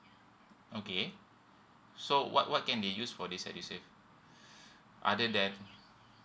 okay so what what can they used for this edusave other than